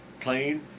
clean